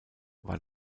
war